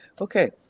Okay